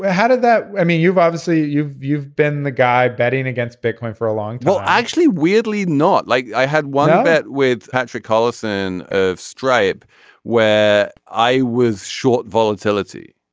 ah how did that i mean you've obviously you've you've been the guy betting against bitcoin for a long while actually weirdly not like i had won a bet with patrick collison of stripe where i was short volatility.